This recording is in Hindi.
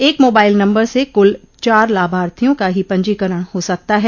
एक मोबाइल नम्बर से कुल चार लाभार्थियों का ही पंजीकरण हो सकता है